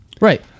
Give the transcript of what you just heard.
Right